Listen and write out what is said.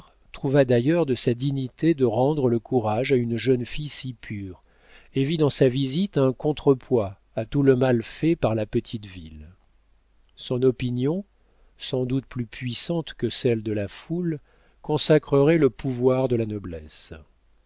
trouva d'ailleurs de sa dignité de rendre le courage à une jeune fille si pure et vit dans sa visite un contrepoids à tout le mal fait par la petite ville son opinion sans doute plus puissante que celle de la foule consacrerait le pouvoir de la noblesse